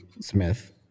Smith